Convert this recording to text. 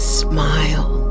smile